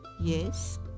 yes